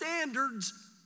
standards